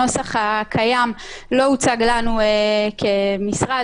הנוסח הקיים לא הוצג לנו כמשרד,